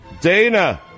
Dana